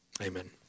Amen